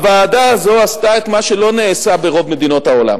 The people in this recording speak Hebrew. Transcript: הוועדה הזאת עשתה את מה שלא נעשה ברוב מדינות העולם,